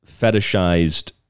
fetishized